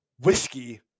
whiskey